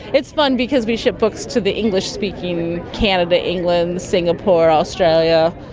it's fun because we ship books to the english-speaking, canada, england, singapore, australia,